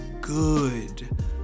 good